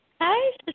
Hi